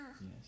Yes